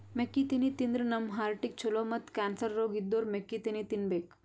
ಮೆಕ್ಕಿತೆನಿ ತಿಂದ್ರ್ ನಮ್ ಹಾರ್ಟಿಗ್ ಛಲೋ ಮತ್ತ್ ಕ್ಯಾನ್ಸರ್ ರೋಗ್ ಇದ್ದೋರ್ ಮೆಕ್ಕಿತೆನಿ ತಿನ್ಬೇಕ್